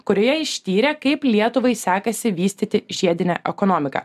kurioje ištyrė kaip lietuvai sekasi vystyti žiedinę ekonomiką